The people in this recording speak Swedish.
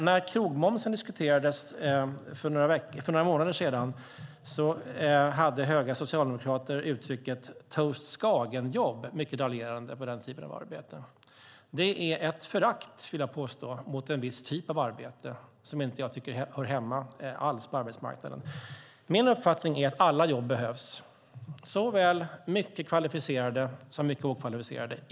När krogmomsen diskuterades för några månader sedan använde ledande socialdemokrater mycket raljerande uttrycket toast-skagen-jobb om denna typ av arbete. Det vill jag påstå är ett förakt för en viss typ av arbete. Min uppfattning är att alla jobb behövs, såväl mycket kvalificerade som mycket okvalificerade.